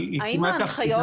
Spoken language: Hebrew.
היא כמעט אפסית.